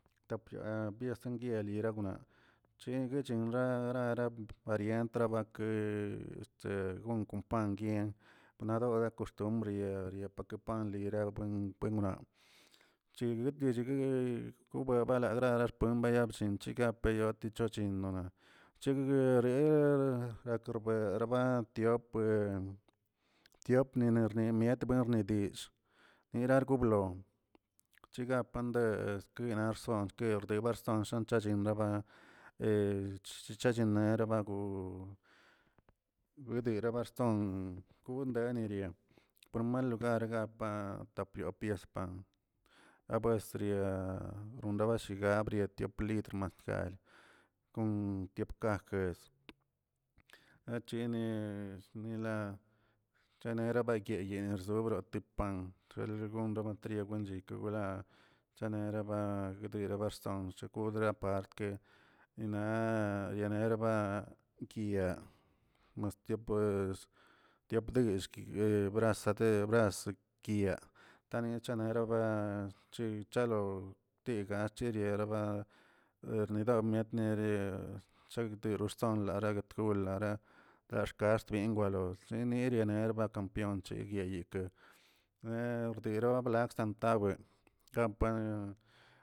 Tapya piesan cheguechinraꞌa rara parient tra ke este kon pan gying panadore koxtumbrə perelio pake pam yebuen chigui chidguin kobue palara la xkop maya bllinꞌchegak p'yotecho chinndonaꞌ, bchegꞌre gakrbe arbati apue tiopninirmietnidill, nirargwlo blon chiga pandeb skynarson rdebasonsshki llin raba chechinarabəgu, gudera barson gundenarie primer logar ka pa tapies pan, abuestria ronragabashibiadga tiop litr maskal, kon diopkakes, echini chini la chinira bagyeyaa dobrote pan cherla gone notrienla wen chaneraba tira barsons kudra parkyaki, nina yanrnebra kia, mastio pues diop tguill ye brazader braz kia, tachinirawa tachi chalo tiga chiriaraba, arnidaw miet chagterson laraa tolaraa, taxkix binguaro tinirianeraba kampion chik neniayike nerguilo brakzan tab gapuen kampa